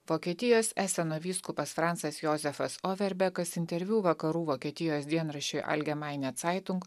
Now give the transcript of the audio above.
vokietijos eseno vyskupas francas jozefas overbekas interviu vakarų vokietijos dienraščiui algemaine caitunk